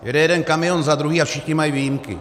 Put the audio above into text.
Jede jeden kamion za druhým a všichni mají výjimky.